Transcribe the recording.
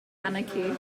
anarchy